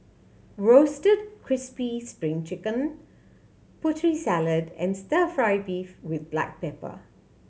Roasted Crispy Spring Chicken Putri Salad and Stir Fry beef with black pepper